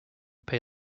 pay